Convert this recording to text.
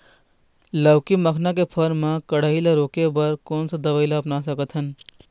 लाउकी मखना के फर मा कढ़ाई ला रोके बर कोन दवई ला अपना सकथन?